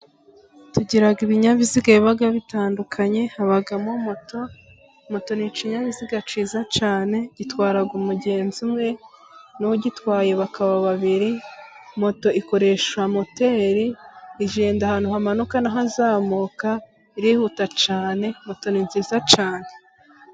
Tugira ibinyabiziga biba bitandukanye, habamo moto. Moto ni ikinyabiziga cyiza cyane. Itwara umugenzi umwe n'uyitwaye bakaba babiri. Moto ikoresha moteri igenda ahantu hamanuka n'ahazamuka. Irihuta cyane . Moto ni nziza cyane.